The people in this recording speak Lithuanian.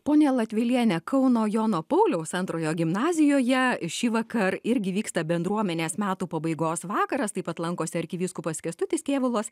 ponia latveliene kauno jono pauliaus antrojo gimnazijoje šįvakar irgi vyksta bendruomenės metų pabaigos vakaras taip pat lankosi arkivyskupas kęstutis kėvalas